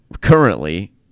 currently